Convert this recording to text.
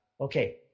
okay